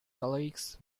colleagues